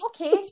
okay